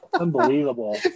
unbelievable